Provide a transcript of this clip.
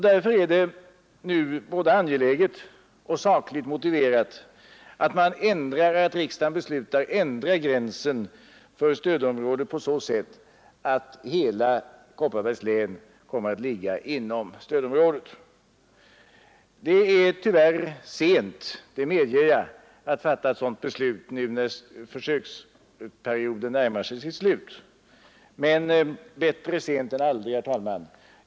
Därför är det nu både angeläget och sakligt motiverat att riksdagen beslutar ändra gränsen för stödområdet så att hela Kopparbergs län kommer att ligga inom stödområdet. Det är tyvärr sent — det medger jag — att fatta ett sådant beslut nu när försöksperioden närmar sig sitt slut, men bättre sent än aldrig. Herr talman!